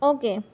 okay